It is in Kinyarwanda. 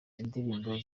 indirimbo